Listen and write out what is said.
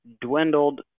dwindled